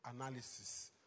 analysis